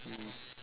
mm